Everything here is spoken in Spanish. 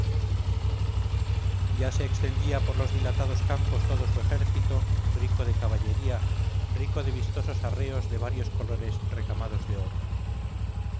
ya se extendía por los dilatados campos todo su ejército rico de caballería rico de vistosos arreos de varios colores recamados de oro